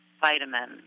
vitamins